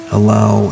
allow